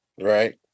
Right